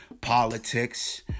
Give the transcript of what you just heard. politics